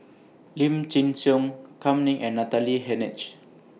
Lim Chin Siong Kam Ning and Natalie Hennedige